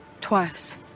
twice